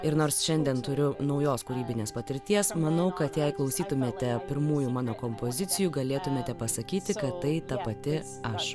ir nors šiandien turiu naujos kūrybinės patirties manau kad jei klausytumėte pirmųjų mano kompozicijų galėtumėte pasakyti kad tai ta pati aš